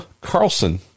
Carlson